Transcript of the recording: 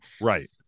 right